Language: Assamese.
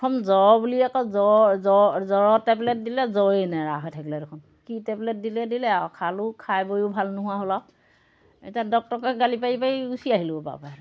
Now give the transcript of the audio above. প্ৰথম জ্বৰ বুলি আকৌ জ্বৰৰ টেবলেট দিলে জ্বৰেই নেৰা হৈ থাকিলে দেখোন কি টেবলেট দিলে দিলে আৰু খালোঁ খাই বৈও ভাল নোহোৱা হ'ল আৰু এতিয়া ডক্টৰকে গালি পাৰি পাৰি গুচি আহিলোঁ